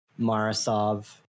marasov